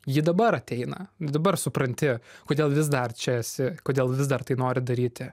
ji dabar ateina dabar supranti kodėl vis dar čia esi kodėl vis dar tai nori daryti